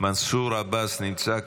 מנסור עבאס נמצא כאן?